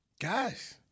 Guys